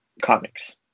comics